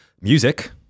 Music